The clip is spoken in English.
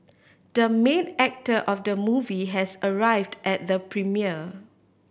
the main actor of the movie has arrived at the premiere